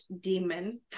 demon